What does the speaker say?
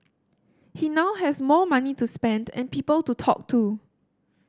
he now has more money to spend and people to talk to